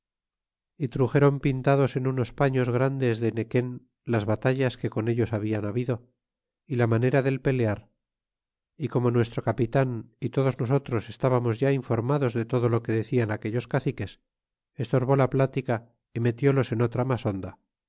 y truxéron pintados en unos paños grandes de nequen las batallas que con ellos hablan habido y la manera del pelear y como nuestro capitan y todos nosotros estábamos ya informados de todo lo que decian aquellos caciques estorbe la plática y metielos en otra mas honda